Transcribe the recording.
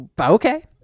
okay